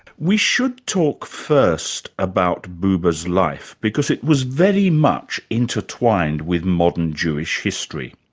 we should talk first about buber's life, because it was very much intertwined with modern jewish history.